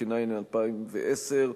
התש"ע 2010,